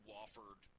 Wofford